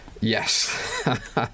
Yes